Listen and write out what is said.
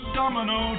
domino